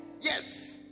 yes